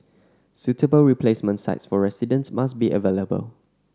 suitable replacement sites for residents must be available